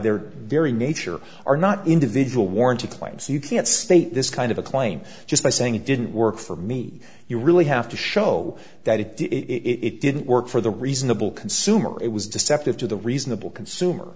their very nature are not individual warranty claims you can't state this kind of a claim just by saying it didn't work for me you really have to show that it did it didn't work for the reasonable consumer it was deceptive to the reasonable consumer